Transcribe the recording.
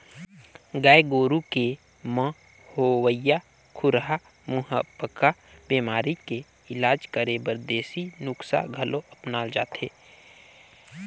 गाय गोरु के म होवइया खुरहा मुहंपका बेमारी के इलाज करे बर देसी नुक्सा घलो अपनाल जाथे